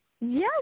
Yes